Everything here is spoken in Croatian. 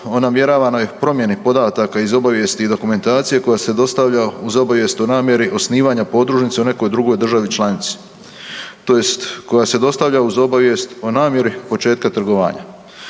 o namjeravanoj promjeni podataka iz obavijesti i dokumentacije koja se dostavlja uz obavijest o namjeri osnivanja podružnice u nekoj drugoj državi članici tj. koja se dostavlja uz obavijest o namjeri početka trgovanja.